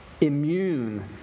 immune